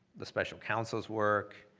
the special counsel's work,